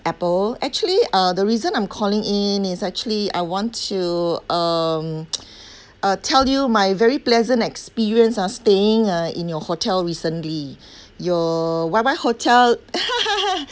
apple actually uh the reason I'm calling in is actually I want to um uh tell you my very pleasant experience ah staying uh in your hotel recently your whereby hotel